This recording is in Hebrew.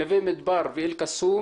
נווה מדבר ואל קסום